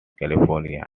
california